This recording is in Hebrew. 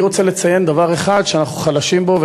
אני רוצה לציין דבר אחד שאנחנו חלשים בו,